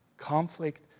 conflict